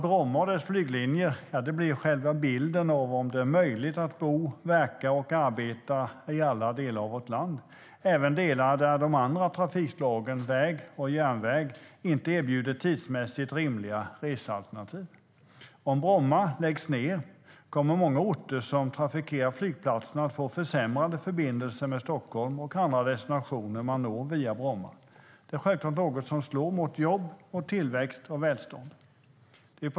Brommas flyglinjer är själva bilden av om det är möjligt att bo, verka och arbeta i alla delar av vårt land, även delar där de andra trafikslagen väg och järnväg inte erbjuder tidsmässigt rimliga resealternativ. Om Bromma läggs ned kommer många orter som trafikerar flygplatsen att få försämrade förbindelser med Stockholm och andra destinationer som kan nås via Bromma. Det är självklart något som slår mot jobb, tillväxt och välstånd.